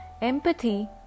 empathy